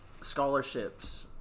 scholarships